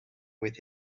with